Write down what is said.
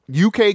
UK